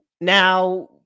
Now